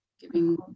giving